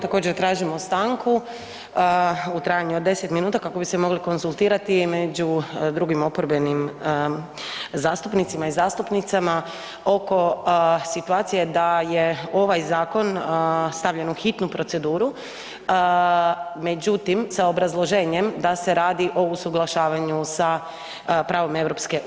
Također tražimo stanku u trajanju od 10 minuta kako bi se mogli konzultirati među drugim oporbenim zastupnicima i zastupnicama oko situacije da je ovaj zakon stavljen u hitnu proceduru međutim sa obrazloženjem da se radi o usuglašavanju sa pravom EU.